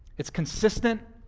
it's consistent,